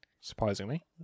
Surprisingly